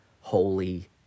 holy